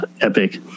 Epic